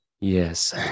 yes